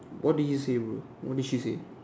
what did you say bro what did she say